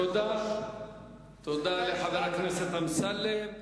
תודה לחבר הכנסת אמסלם.